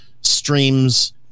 streams